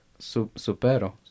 Supero